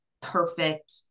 perfect